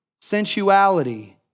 sensuality